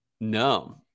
No